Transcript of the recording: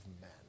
men